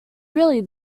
really